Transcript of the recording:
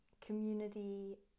community